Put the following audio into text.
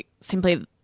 simply